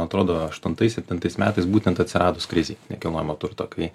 atrodo aštuntais septintais metais būtent atsiradus krizei nekilnojamo turto kai